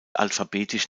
alphabetisch